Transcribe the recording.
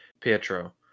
Pietro